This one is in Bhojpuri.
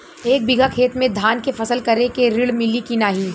एक बिघा खेत मे धान के फसल करे के ऋण मिली की नाही?